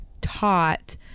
taught